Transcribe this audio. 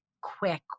quick